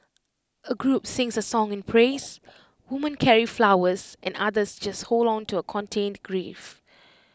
A group sings A song in praise women carry flowers and others just hold on to A contained grief